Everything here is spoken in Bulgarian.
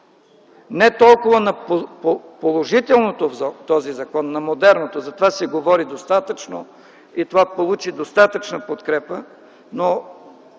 Не толкова на положителното в този закон, на модерното – за това се говори достатъчно и то получи достатъчна подкрепа, но